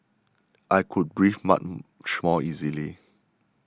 I could breathe much more easily